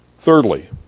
Thirdly